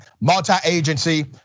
multi-agency